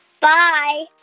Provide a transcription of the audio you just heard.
Bye